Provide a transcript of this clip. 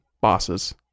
bosses